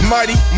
Mighty